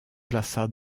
plaça